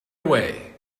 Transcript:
away